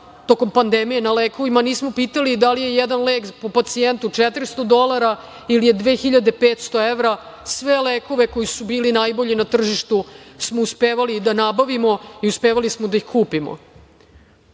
tokom pandemije na lekovima. Nismo pitali da li je jedan lek po pacijentu 400 dolara ili je 2.500 evra. Sve lekove koji su bili najbolji na tržištu smo uspevali da nabavimo i uspevali smo da ih kupimo. Nikad